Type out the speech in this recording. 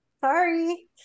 Sorry